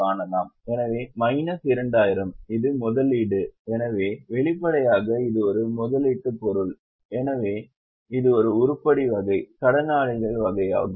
எனவே மைனஸ் 2000 இது முதலீடு எனவே வெளிப்படையாக இது ஒரு முதலீட்டு பொருள் எனவே இது ஒரு உருப்படி வகை கடனாளிகள் வகையாகும்